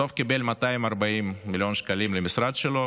בסוף הוא קיבל 240 מיליון שקלים למשרד שלו,